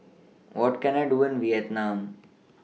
What Can I Do in Vietnam